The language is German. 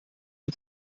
dem